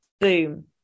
boom